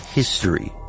history